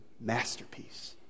masterpiece